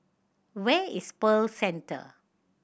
where is Pearl Centre